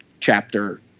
chapter